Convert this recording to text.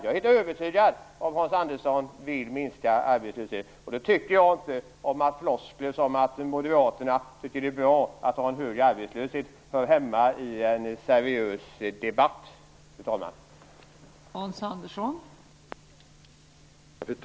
Jag är helt övertygad om att Hans Andersson vill det, och jag tycker inte att floskler om att Moderaterna tycker att en hög arbetslöshet är bra hör hemma i en seriös debatt, fru talman.